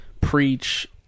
preach